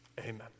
Amen